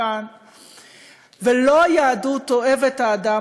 ולא היהדות אוהבת האדם,